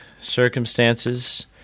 circumstances